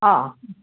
ಹಾಂ